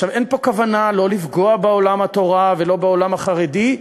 אין פה כוונה לפגוע לא בעולם התורה ולא בעולם החרדי,